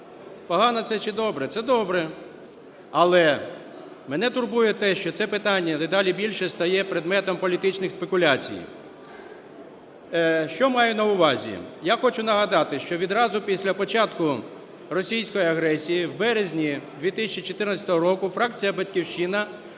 Погано це чи добре? Це добре, але мене турбує те, що це питання дедалі більше стає предметом політичних спекуляцій. Що маю на увазі? Я хочу нагадати, що відразу після початку російської агресії в березні 2014 року фракція "Батьківщина"